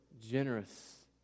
generous